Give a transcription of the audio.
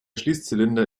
schließzylinder